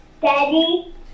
Daddy